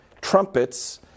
trumpets